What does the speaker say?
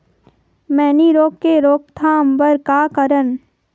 मैनी रोग के रोक थाम बर का करन?